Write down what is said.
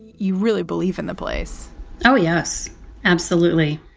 you really believe in the place oh, yes, absolutely.